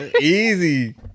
easy